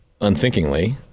unthinkingly